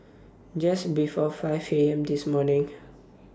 Just before five A M This morning